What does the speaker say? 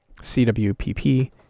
CWPP